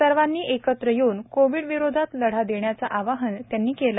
सर्वांनी एकत्र येऊन कोविड विरोधात लढा देण्याचं आवाहनही त्यांनी यावेळी केलं